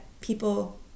people